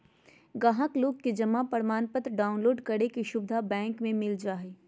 गाहक लोग के जमा प्रमाणपत्र डाउनलोड करे के सुविधा बैंक मे भी मिल जा हय